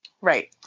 Right